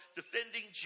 defending